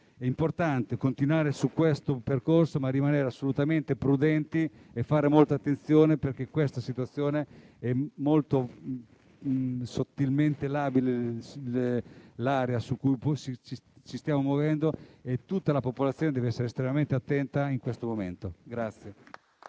È importante continuare su questo percorso, ma anche rimanere assolutamente prudenti e fare molta attenzione, perché in questa situazione è sottilmente labile l'area su cui ci stiamo muovendo; tutta la popolazione deve essere estremamente attenta in questo momento.